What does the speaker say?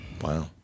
Wow